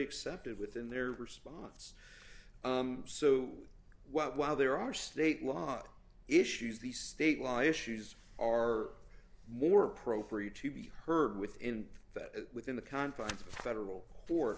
accepted within their response so while there are state law issues the state law issues are more appropriate to be heard within that within the confines of the federal for